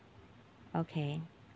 okay